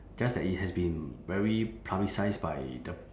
just that it has been very publicised by the